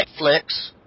Netflix